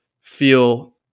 feel